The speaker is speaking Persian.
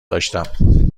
داشتم